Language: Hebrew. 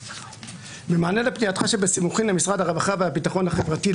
"במענה לפנייתך שבסימוכין למשרד הרווחה והביטחון החברתי,